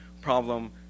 problem